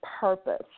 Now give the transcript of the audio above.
purpose